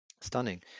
Stunning